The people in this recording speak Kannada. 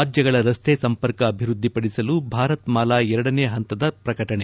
ರಾಜ್ಯಗಳ ರಸ್ತೆ ಸಂಪರ್ಕ ಅಭಿವ್ವದ್ದಿಪದಿಸಲು ಭಾರತ್ಮಾಲಾ ಎರಡನೇ ಹಂತದ ಪ್ರಕಟಣೆ